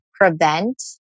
prevent